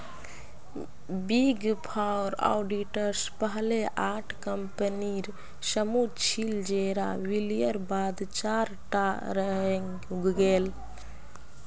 big four auditors पहले आठ कम्पनीर समूह छिल जेरा विलयर बाद चार टा रहेंग गेल